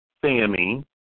Sammy